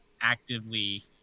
actively